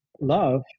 Love